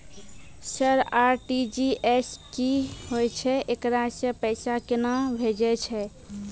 Sir RTGS की होय छै, एकरा से पैसा केना भेजै छै?